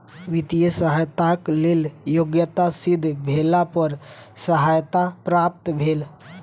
वित्तीय सहयताक लेल योग्यता सिद्ध भेला पर सहायता प्राप्त भेल